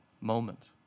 moment